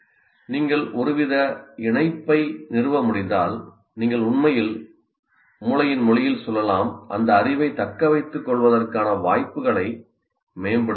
நீங்கள் ஒருவித இணைப்பை நிறுவ முடிந்தால் நீங்கள் உண்மையில் மூளையின் மொழியில் சொல்லலாம் அந்த அறிவைத் தக்கவைத்துக்கொள்வதற்கான வாய்ப்புகளை மேம்படுத்துகிறீர்கள்